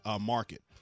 market